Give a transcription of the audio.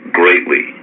greatly